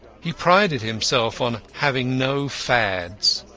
he prided himself on having no fads.